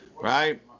Right